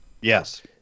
Yes